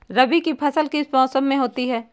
रबी की फसल किस मौसम में होती है?